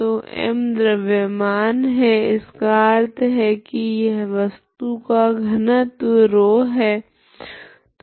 तो m द्रव्यमान है इसका अर्थ है की यह वस्तु का घनत्व ρ है